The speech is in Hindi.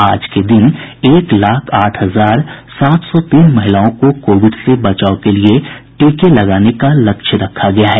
आज के दिन एक लाख आठ हजार सात सौ तीन महिलाओं को कोविड से बचाव के लिए टीका लगाने का लक्ष्य रखा गया है